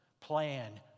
plan